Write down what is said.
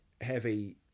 heavy